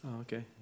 okay